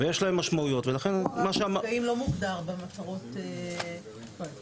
השר צריך להחליט האם הוא הולך, הוא רק נכנס